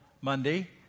Monday